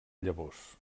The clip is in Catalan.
llavors